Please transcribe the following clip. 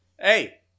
Hey